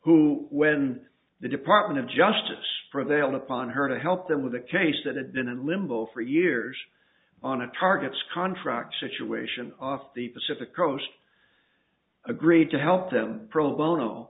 who when the department of justice prevailed upon her to help them with a case that had been in limbo for years on a target's contract situation off the pacific coast agreed to help them pro bono